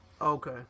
Okay